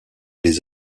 les